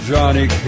Johnny